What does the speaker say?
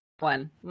one